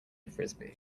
frisbee